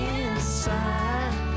inside